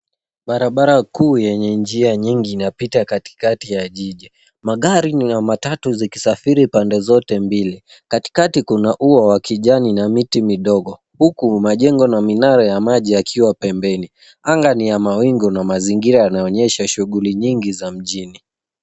Barabara kuu yenye njia nyingi inapita katikati ya jiji, magari na matatu zikisafiri pande zote mbili. Katikati kuna ua wa kijani na miti midogo huku majengo na minara ya maji yakiwa pembeni. Anga ni ya mawingu na mazingira yanaonyesha shughuli nyingi za mjini.